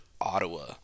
Ottawa